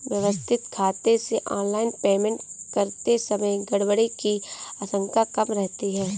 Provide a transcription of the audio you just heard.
व्यवस्थित खाते से ऑनलाइन पेमेंट करते समय गड़बड़ी की आशंका कम रहती है